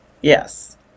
Yes